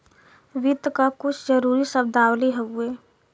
वित्त क कुछ जरूरी शब्दावली हउवे